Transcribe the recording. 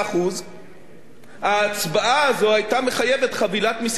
ההצבעה הזאת היתה מחייבת חבילת מסים לא של ארבע-עשרה מיליארד